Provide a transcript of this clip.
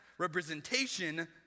Representation